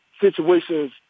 situations